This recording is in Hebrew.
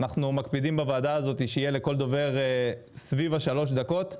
אנחנו מקפידים בוועדה הזאת שיהיה לכל דובר סביב השלוש דקות.